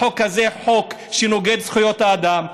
החוק הזה חוק שנוגד את זכויות האדם,